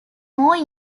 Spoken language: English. more